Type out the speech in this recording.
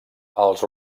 els